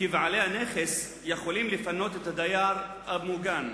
כבעלי הנכס, יכולה לפנות דייר מוגן: